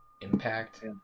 impact